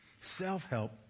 Self-help